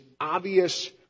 obvious